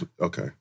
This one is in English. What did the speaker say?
Okay